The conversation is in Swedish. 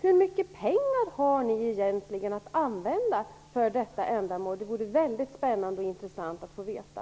Hur mycket pengar har ni egentligen att använda för detta ändamål? Det vore väldigt spännande och intressant att få veta.